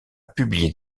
publier